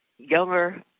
younger